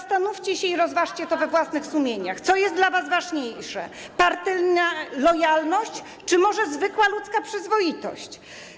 Zastanówcie się i rozważcie to we własnych sumieniach, co jest dla was ważniejsze: partyjna lojalność czy może zwykła ludzka przyzwoitość.